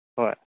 ꯍꯣꯏ